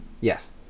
Yes